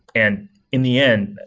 and in the end,